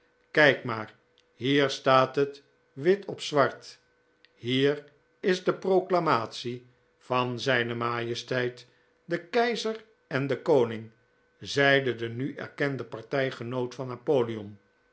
kijk maar hier staat het wit op zwart hier is de proclamatie van zijne majesteit den keizer en den koning zeide de nu erkende partijgenoot van napoleon